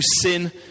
sin